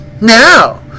Now